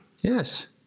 Yes